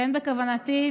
ואין בכוונתי,